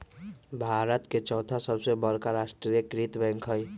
भारत के चौथा सबसे बड़का राष्ट्रीय कृत बैंक हइ